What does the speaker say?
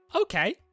Okay